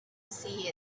see